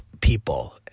people